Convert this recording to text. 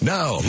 Now